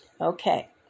Okay